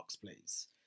please